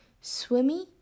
swimmy